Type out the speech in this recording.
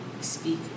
speak